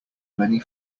many